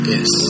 Yes